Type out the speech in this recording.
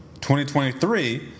2023